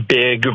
big